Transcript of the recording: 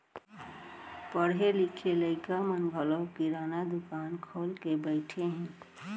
पढ़े लिखे लइका मन घलौ किराना दुकान खोल के बइठे हें